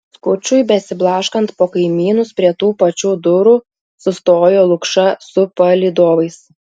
skučui besiblaškant po kaimynus prie tų pačių durų sustojo lukša su palydovais